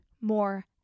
more